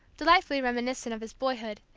delightfully reminiscent of his boyhood,